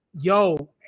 Yo